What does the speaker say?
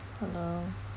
hello